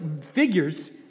figures